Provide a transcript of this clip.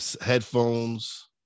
headphones